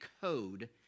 code